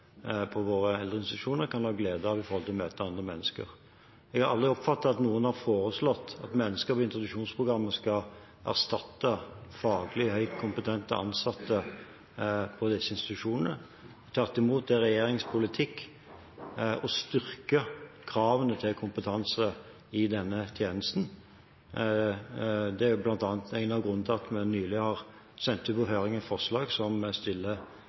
på våre eldreinstitusjoner, kan ha glede av gjennom å møte andre mennesker. Jeg har aldri oppfattet at noen har foreslått at mennesker i introduksjonsprogrammet skal erstatte faglig høyt kompetente ansatte på disse institusjonene. Tvert imot er det regjeringens politikk å styrke kravene til kompetanse i denne tjenesten. Det er bl.a. en av grunnene til at vi nylig har sendt ut på høring et forslag som